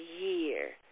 year